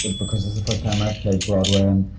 because it's the first time i've played broadway. and,